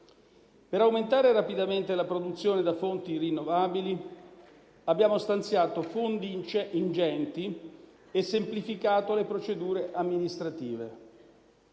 Per aumentare rapidamente la produzione da fonti rinnovabili abbiamo stanziato fondi ingenti e semplificato le procedure amministrative.